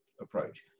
approach